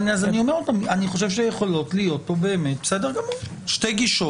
אני אומר שוב שאני חושב שיכולות להיות כאן שתי גישות